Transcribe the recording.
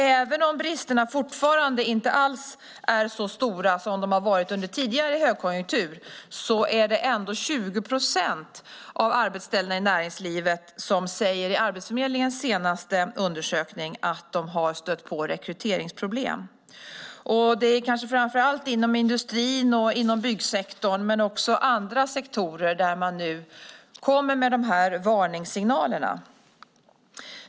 Även om bristerna fortfarande inte alls är så stora som de har varit under tidigare högkonjunktur är det 20 procent av arbetsställena i näringslivet som i Arbetsförmedlingens senaste undersökning säger att de har stött på rekryteringsproblem. Det gäller kanske framför allt inom industrin och byggsektorn, men man kommer nu med dessa varningssignaler också inom andra sektorer.